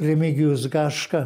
remigijus gaška